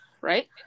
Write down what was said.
right